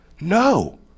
no